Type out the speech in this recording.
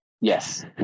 yes